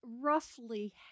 roughly